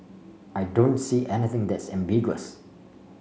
I don't see anything that's ambiguous